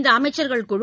இந்த அமைச்சர்கள் குழு